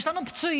יש לנו פצועים,